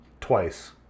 Twice